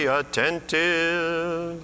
attentive